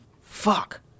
Fuck